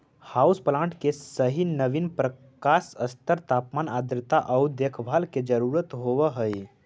house plant के सही नवीन प्रकाश स्तर तापमान आर्द्रता आउ देखभाल के जरूरत होब हई